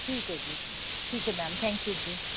ਠੀਕ ਹੈ ਜੀ ਠੀਕ ਹੈ ਮੈਮ ਥੈਂਕ ਯੂ ਜੀ